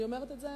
אני אומרת את זה